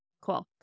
Cool